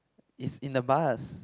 is in the bus